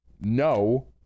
no